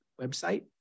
website